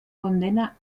condena